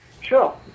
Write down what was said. Sure